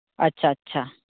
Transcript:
ᱟᱪᱪᱷᱟ ᱟᱪᱪᱷᱟ